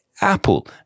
Apple